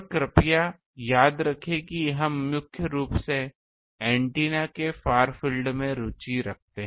और कृपया याद रखें कि हम मुख्य रूप से एंटीना के फार फील्ड में रुचि रखते हैं